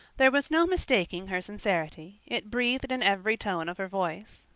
there was no mistaking her sincerity it breathed in every tone of her voice.